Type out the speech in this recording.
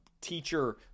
teacher